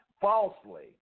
Falsely